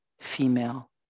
female